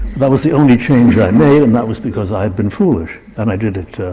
that was the only change i made, and that was because i had been foolish. and i did it